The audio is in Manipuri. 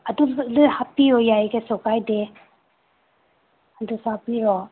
ꯑꯇꯣꯞꯄꯗꯤ ꯍꯥꯞꯞꯤꯌꯣ ꯌꯥꯏ ꯀꯩꯁꯨ ꯀꯥꯏꯗꯦ ꯑꯗꯨꯁꯨ ꯍꯥꯞꯄꯤꯌꯣ